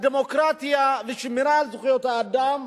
הדמוקרטיה ושמירה על זכויות האדם,